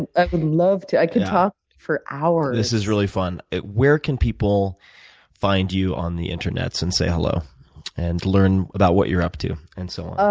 and i would love to. i could talk for hours. this is really fun. where can people find you on the internet and say hello and learn about what you're up to, and so on?